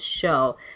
show